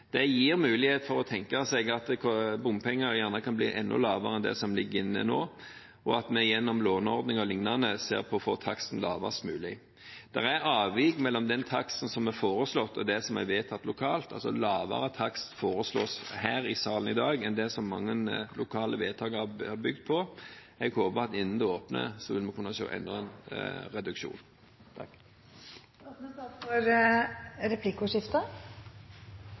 Det gir mulighet for å tenke seg at bompengene gjerne kan bli enda lavere enn det som ligger inne nå, og at vi gjennom låneordninger og lignende ser på å få taksten lavest mulig. Det er avvik mellom den taksten som er foreslått, og det som er vedtatt lokalt, altså lavere takst foreslås her i salen i dag enn det som lokale vedtak har bygd på. Jeg håper at vi, innen det åpner, kan se enda en reduksjon.